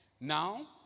Now